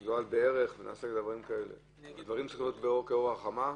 זה לא בערך, הדברים צריכים להיות כאור החמה,